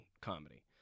comedy